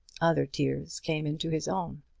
other tears came into his own.